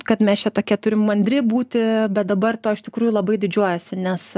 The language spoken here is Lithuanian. kad mes čia tokie turim mandri būti bet dabar tuo iš tikrųjų labai didžiuojuosi nes